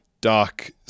dark